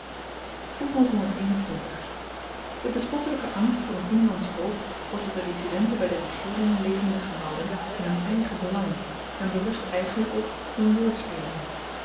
de bespottelyke angst voor n inlandsch hoofd wordt door de residenten by de regeering levendig gehouden in hun eigen belang en berust eigenlyk op n woordspeling